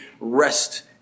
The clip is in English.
rest